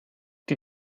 die